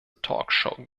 talkshow